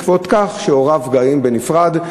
משום שהוריו גרים בנפרד.